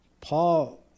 Paul